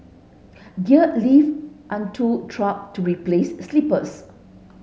gear lifted unto track to replace sleepers